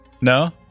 No